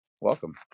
Welcome